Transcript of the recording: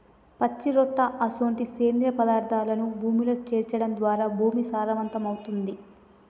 పచ్చిరొట్ట అసొంటి సేంద్రియ పదార్థాలను భూమిలో సేర్చడం ద్వారా భూమి సారవంతమవుతుంది